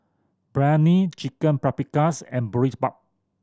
Biryani Chicken Paprikas and Boribap